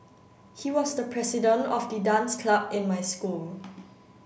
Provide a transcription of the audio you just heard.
he was the president of the dance club in my school